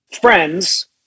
friends